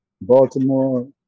Baltimore